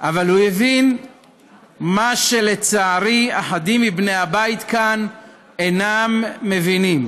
אבל הוא הבין מה שלצערי אחדים מבני הבית כאן אינם מבינים.